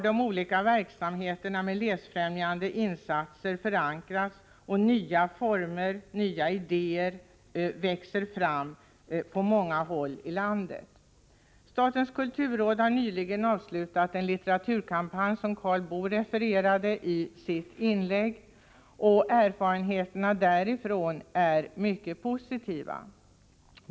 De olika verksamheterna med läsfrämjande insatser har nu förankrats och nya former för åtgärder — nya idéer — växer fram på många håll. Statens kulturråd har nu avslutat den litteraturkampanj som Karl Boo refererade i sitt inlägg. Erfarenheterna därifrån är mycket positiva.